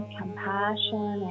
compassion